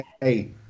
hey